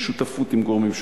שותפות עם גורמים שונים,